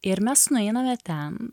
ir mes nueiname ten